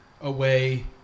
away